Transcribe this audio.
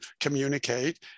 communicate